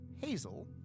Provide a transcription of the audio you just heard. Hazel